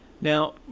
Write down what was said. Now